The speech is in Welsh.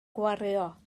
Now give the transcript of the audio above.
gwario